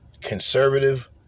conservative